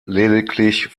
lediglich